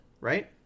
right